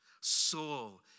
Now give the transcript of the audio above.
Soul